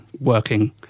working